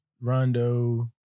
Rondo